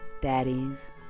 daddies